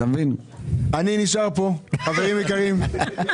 אני נשאר פה, חברים יקרים.